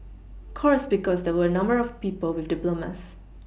course because there were a number of people with diplomas